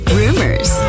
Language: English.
rumors